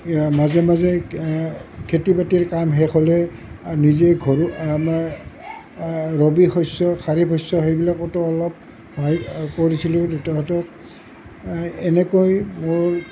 মাজে মাজে খেতি বাতিৰ কাম শেষ হ'লে নিজে ঘৰ আমাৰ ৰবি শস্য খাৰিফ শস্য সেইবিলাকতো অলপ সহায় কৰিছিলোঁ দেউতাহঁতক এনেকৈ মোৰ